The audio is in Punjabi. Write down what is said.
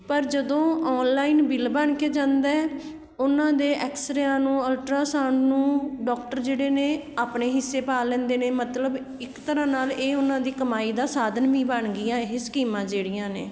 ਪਰ ਜਦੋਂ ਔਨਲਾਈਨ ਬਿੱਲ ਬਣ ਕੇ ਜਾਂਦਾ ਉਹਨਾਂ ਦੇ ਐਕਸਰਿਆਂ ਨੂੰ ਅਲਟ੍ਰਾਸਾਊਂਡ ਨੂੰ ਡੋਕਟਰ ਜਿਹੜੇ ਨੇ ਆਪਣੇ ਹਿੱਸੇ ਪਾ ਲੈਂਦੇ ਨੇ ਮਤਲਬ ਇੱਕ ਤਰ੍ਹਾਂ ਨਾਲ ਇਹ ਉਹਨਾਂ ਦੀ ਕਮਾਈ ਦਾ ਸਾਧਨ ਵੀ ਬਣ ਗਈਆਂ ਇਹ ਸਕੀਮਾਂ ਜਿਹੜੀਆਂ ਨੇ